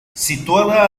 situada